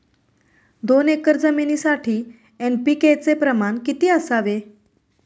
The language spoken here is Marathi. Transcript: दोन एकर जमिनीसाठी एन.पी.के चे प्रमाण किती असावे?